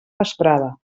vesprada